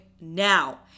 now